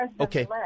Okay